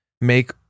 make